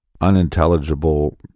unintelligible